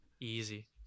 easy